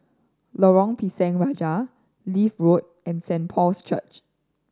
Lorong Pisang Raja Leith Road and Saint Paul's Church